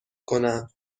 کنم